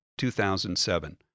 2007